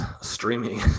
streaming